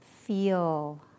feel